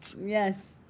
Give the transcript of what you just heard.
Yes